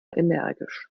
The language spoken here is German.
energisch